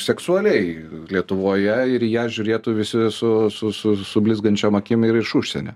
seksualiai lietuvoje ir ją žiūrėtų visi su su su su blizgančiom akim ir iš užsienio